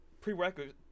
prerequisite